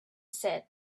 said